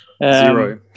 zero